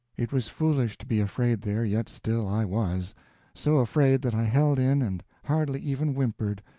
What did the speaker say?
it was foolish to be afraid there, yet still i was so afraid that i held in and hardly even whimpered,